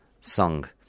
song